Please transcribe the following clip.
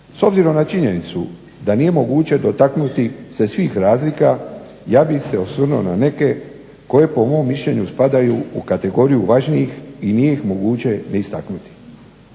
S obzirom na činjenicu da nije moguće dotaknuti se svih razlika, ja bih se osvrnuo na neke koje po mom mišljenju spadaju u kategoriju važnijih i nije ih moguće ne istaknuti.